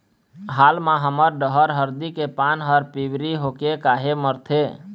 हाल मा हमर डहर हरदी के पान हर पिवरी होके काहे मरथे?